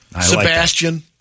Sebastian